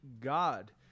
God